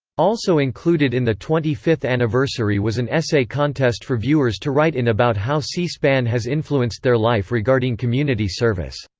also included in the twenty fifth anniversary was an essay contest for viewers to write in about how c-span has influenced their life regarding community service.